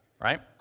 right